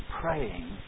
praying